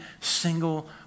single